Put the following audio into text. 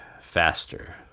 faster